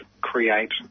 create